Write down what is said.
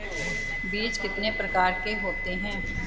बीज कितने प्रकार के होते हैं?